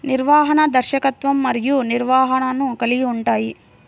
నిర్వహణ, దర్శకత్వం మరియు నిర్వహణను కలిగి ఉంటాయి